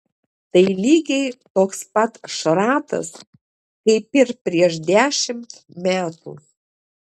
tai lygiai toks pat šratas kaip ir prieš dešimt metų